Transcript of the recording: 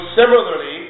similarly